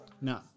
No